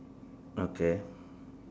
okay